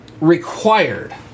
required